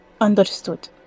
Understood